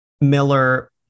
Miller